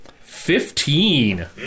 Fifteen